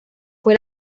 fue